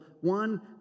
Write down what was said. One